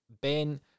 Ben